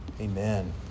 Amen